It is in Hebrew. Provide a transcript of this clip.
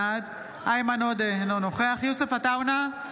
בעד איימן עודה, אינו נוכח יוסף עטאונה,